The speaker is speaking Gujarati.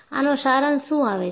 આનો સારાંશ શું આવે છે